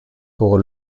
pour